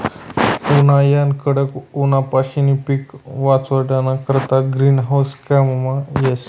उन्हायाना कडक ऊनपाशीन पिके वाचाडाना करता ग्रीन हाऊस काममा येस